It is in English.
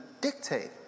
dictate